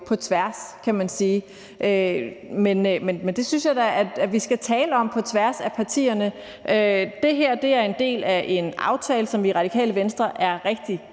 på tværs, kan man sige. Men det synes jeg da vi skal tale om på tværs af partierne. Det her er en del af en aftale, som vi i Radikale Venstre er rigtig